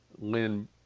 Lynn